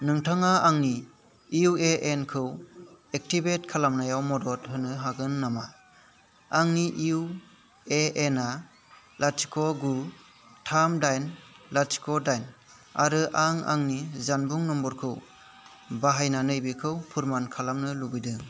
नोंथाङा आंनि U A N खौ एक्टिभेट खालामनायाव मदद होनो हागोन नामा आंनि इउ ए एन आ लाथिख' गु थाम दाइन लाथिख' दाइन आरो आं आंनि जानबुं नम्बरखौ बाहायनानै बेखौ फोरमान खालामनो लुबैदों